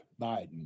Biden